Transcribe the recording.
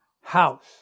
house